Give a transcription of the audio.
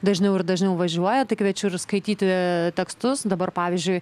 dažniau ir dažniau važiuoja tai kviečiu ir skaityti tekstus dabar pavyzdžiui